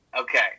Okay